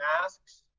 masks